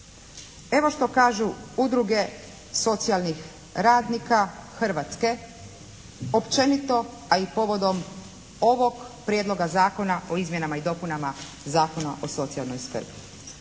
Evo što kažu udruge socijalnih radnika Hrvatske općenito a i povodom ovog Prijedloga zakona o izmjenama i dopunama Zakona o socijalnoj skrbi.